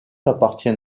appartient